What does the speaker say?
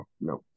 No